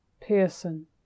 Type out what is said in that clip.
Pearson